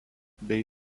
bei